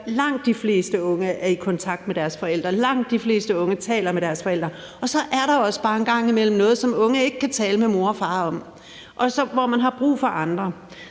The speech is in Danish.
Langt de fleste unge er i kontakt med deres forældre; langt de fleste unge taler med deres forældre. Og en gang imellem er der så også bare noget, som unge ikke kan tale med mor og far om, og hvor man har brug for andre.